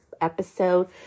episode